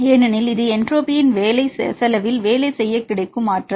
ஏனெனில் இது என்ட்ரோபியின் செலவில் வேலை செய்ய கிடைக்கும் ஆற்றல்